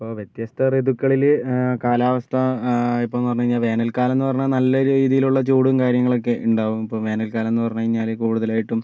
ഇപ്പോൾ വ്യത്യസ്ത ഋതുക്കളിൽ കാലാവസ്ഥ ഇപ്പോഴെന്ന് പറഞ്ഞു കഴിഞ്ഞാൽ വേനൽക്കാലം എന്ന് പറഞ്ഞാൽ നല്ല രീതിയിലുള്ള ചൂടും കാര്യങ്ങളൊക്കെ ഉണ്ടാകും ഇപ്പോൾ വേനൽക്കാലം എന്ന് പറഞ്ഞു കഴിഞ്ഞാൽ കൂടുതലായിട്ടും